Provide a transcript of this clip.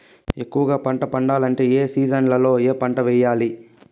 ఎక్కువగా పంట పండాలంటే ఏ సీజన్లలో ఏ పంట వేయాలి